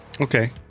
Okay